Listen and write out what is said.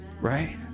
right